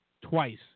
twice